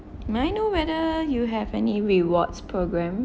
may I know whether you have any rewards program